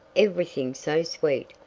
everything so sweet,